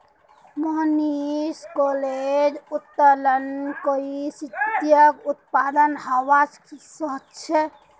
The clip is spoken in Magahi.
मोहनीश कहले जे उत्तोलन कई स्थितित उत्पन्न हबा सख छ